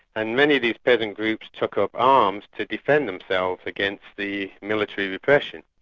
and many of these peasant groups took up arms to defend themselves against the military repression.